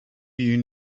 you